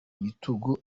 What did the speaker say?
bitugu